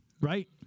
Right